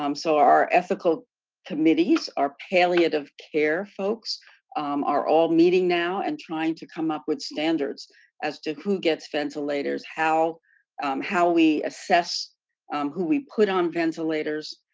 um so our ethical committees, our palliative care folks are all meeting now and trying to come up with standards as to who gets ventilators, how how we assess who we put on ventilators.